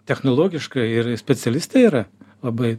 technologiškai ir specialistai yra labai